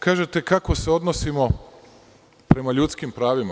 Kažete, kako se odnosimo prema ljudskim pravima.